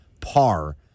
par